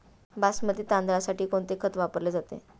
बासमती तांदळासाठी कोणते खत वापरले जाते?